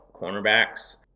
cornerbacks